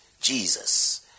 Jesus